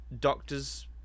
doctor's